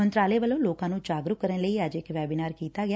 ਮੰਤਰਾਲੇ ਵੱਲੋਂ ਲੋਕਾਂ ਨੂੰ ਜਾਗਰੁਕ ਕਰਨ ਲਈ ਇੱਕ ਵੈਬਿਨਾਰ ਕੀਤਾ ਗਿਆ